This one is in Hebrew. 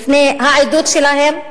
מפני העדות שלהם?